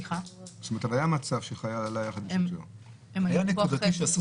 היה מצב שחייל היה --- היה נקודתי שעשו